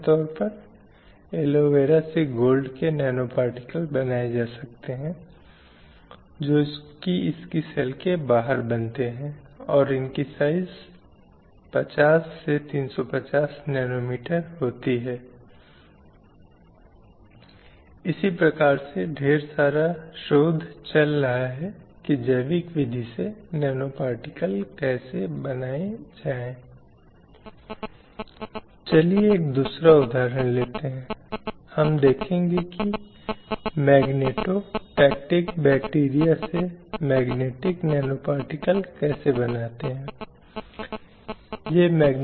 अब अगर आप एक लड़का और लड़की को देखते हैं और वे खिलौने जिनके साथ खेलते हैं या खिलौने जो उनके माता पिता से मिलते हैं कोई बहुत आसानी से यह भेद देख सकता है कि बाजार में प्रचुर खिलौने हैं लेकिन अगर मैं एक लड़की कहूं तो एक उस लड़की के लिए तुरंत बार्बी डॉल चुन लेंगे इसलिए आमतौर पर यह समझ होती है कि ये गुड़ियां लड़कियों के लिए होती है क्योंकि वे उन गुड़ियों के साथ खेलना पसंद करेंगी उन गुड़ियों के साथ अलग अलग नारी सुलभ भूमिकाएँ निभाएंगी उनके पास एक घर होगा वे घर सजाएंगी खुद को सजाएंगी